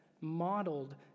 modeled